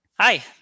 Hi